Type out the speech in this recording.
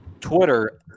Twitter –